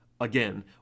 Again